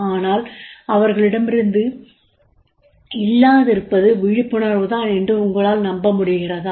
ஆனால் அவர்களிடம் இல்லாதிருப்பது விழிப்புணர்வு தான் என்று உங்களால் நம்பமுடிகிறதா